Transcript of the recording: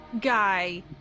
guy